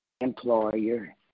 employer